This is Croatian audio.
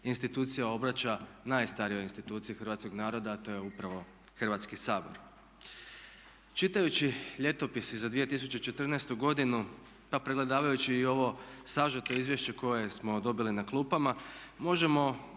institucija obraća najstarijoj instituciji hrvatskog naroda a to je upravo Hrvatski sabor. Čitajući Ljetopis i za 2014.godinu, pa pregledavajući i ovo sažeto izvješće koje smo dobili na klupama možemo